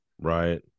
right